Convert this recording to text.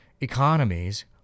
economies